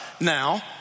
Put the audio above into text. now